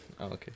okay